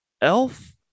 elf